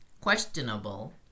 questionable